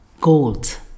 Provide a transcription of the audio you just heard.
gold